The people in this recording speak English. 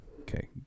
Okay